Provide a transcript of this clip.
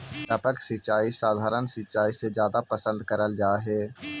टपक सिंचाई सधारण सिंचाई से जादा पसंद करल जा हे